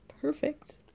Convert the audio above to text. perfect